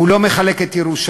הוא לא מחלק את ירושלים,